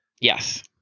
Yes